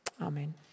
Amen